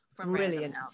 Brilliant